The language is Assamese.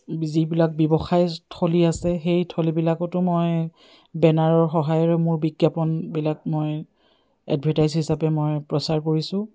যিবিলাক ব্যৱসায়স্থলী আছে সেই স্থলীবিলাকতো মই বেনাৰৰ সহায়ৰে মোৰ বিজ্ঞাপনবিলাক মই এডভাৰটাইজ হিচাপে মই প্ৰচাৰ কৰিছোঁ